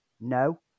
No